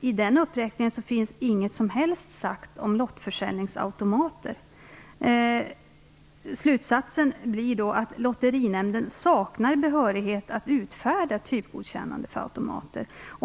I den uppräkningen finns inget sagt om lottförsäljningsautomater. Slutsatsen blir då att Lotterinämnden saknar behörighet att utfärda typgodkännande för automater.